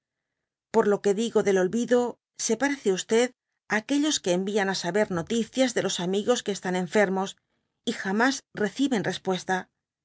por lo que digo del olvido se parece tí á aquellos que envian á saber noticias de los amigos que están enfermos y jamas reciben respuesta